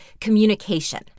communication